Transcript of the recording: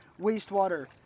wastewater